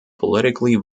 politically